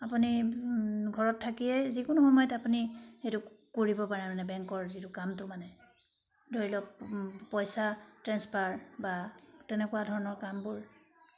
আপুনি ঘৰত থাকিয়ে যিকোনো সময়ত আপুনি এইটো কৰিব পাৰে মানে বেংকৰ যিটো কামটো মানে ধৰি লওক পইচা ট্ৰেঞ্চফাৰ বা তেনেকুৱা ধৰণৰ কামবোৰ